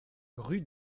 rue